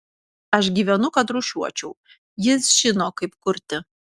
aš gyvenu kad rūšiuočiau jis žino kaip kurti